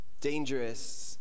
dangerous